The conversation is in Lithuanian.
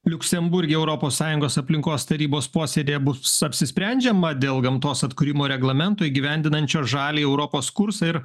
liuksemburge europos sąjungos aplinkos tarybos posėdyje bus apsisprendžiama dėl gamtos atkūrimo reglamento įgyvendinančio žaliąjį europos kursą ir